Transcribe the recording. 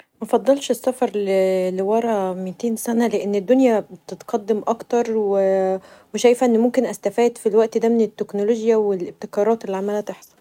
مفضلش السفر لورا ميتين سنه ؛ لان الدنيا بتتقدم اكتر و وشايفه ان ممكن استفاد في الوقت دا من التكنولوجيا و الابتكارات اللي عماله تحصل.